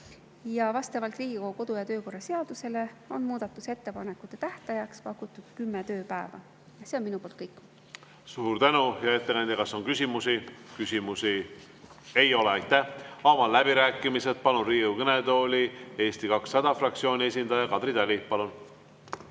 Vastavalt Riigikogu kodu‑ ja töökorra seadusele on muudatusettepanekute tähtajaks pakutud kümme tööpäeva. See on minu poolt kõik. Suur tänu, hea ettekandja! Kas on küsimusi? Küsimusi ei ole. Avan läbirääkimised ja palun Riigikogu kõnetooli Eesti 200 fraktsiooni esindaja Kadri Tali. Palun!